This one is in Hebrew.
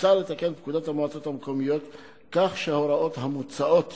מוצע לתקן את פקודת המועצות המקומיות כך שההוראות המוצעות